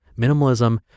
minimalism